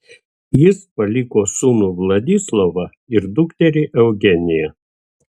jis paliko sūnų vladislovą ir dukterį eugeniją